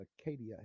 Acadia